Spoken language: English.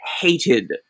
hated